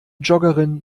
joggerin